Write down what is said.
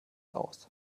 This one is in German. aus